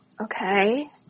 Okay